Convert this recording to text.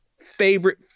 favorite